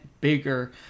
bigger